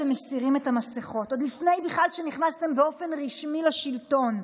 אתם מסירים את המסכות עוד לפני שנכנסתם באופן רשמי לשלטון,